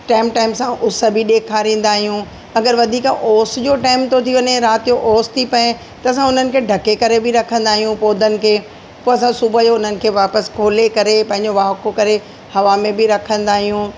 time time सां उस बि ॾेखारींदा आहियूं अगरि वधीक ओस जो टाइम थी वञे राति जो ओस थी पए त असां उन्हनि खे ढके करे बि रखंदा आहियूं पौधनि खे पोइ असां सुबुह जो उन्हनि खे वापसि खोले करे पंहिंजो वाखो करे हवा में बि रखंदा आहियूं